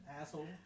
asshole